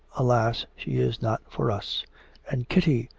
alas! she is not for us and kitty,